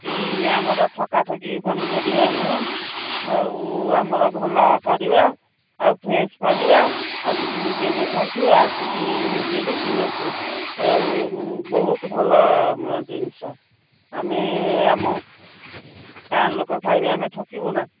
କି ଆମର ଠକା ଠକି ପନିପରିବା ନୁହଁ ଆଉ ଆମର ଭଲ ପରିବା ଆଉ ଫ୍ରେଶ୍ ପରିବା ଆସିକି ନିଜେ ଦେଖନ୍ତୁ ଆସିକି ନିଜେ ବି କିଣନ୍ତୁ ଆଉ ବହୁତ ଭଲ ଜିନିଷ ଆମେ ଆମ ଗାଁ ଲୋକ ଖାଇବେ ଆମେ ଠକିବୁ ନା